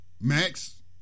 Max